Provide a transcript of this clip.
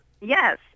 Yes